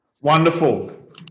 Wonderful